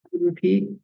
repeat